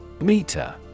Meter